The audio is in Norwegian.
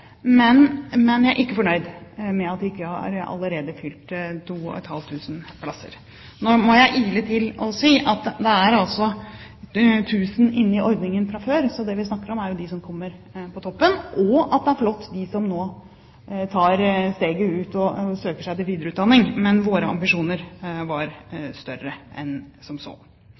men jeg er ikke fornøyd med at vi ikke allerede har fylt 2 500 plasser. Nå må jeg ile til og si at det er 1 000 inne i ordningen fra før, så det vi snakker om, er jo dem som kommer på toppen. Det er flott med dem som nå tar steget ut og søker seg til videreutdanning, men våre ambisjoner var større enn som så.